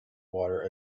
water